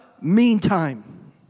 meantime